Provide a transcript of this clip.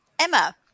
Emma